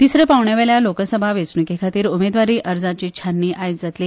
तिसऱ्या पांवड्यावेल्या लोकसभा वेचणुके खातीर उमेदवारी अर्जांची छाननी आयज जातली